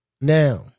Now